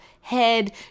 head